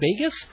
Vegas